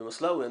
ומסלאוי,